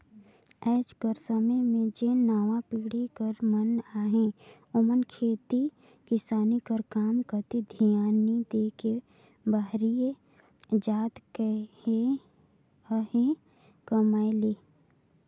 आएज कर समे में जेन नावा पीढ़ी कर मन अहें ओमन खेती किसानी कर काम कती धियान नी दे के बाहिरे जात अहें कमाए ले